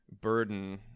burden